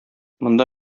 монда